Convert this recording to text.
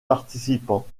participants